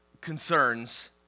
concerns